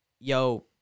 yo